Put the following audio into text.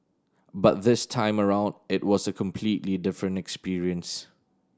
but this time around it was a completely different experience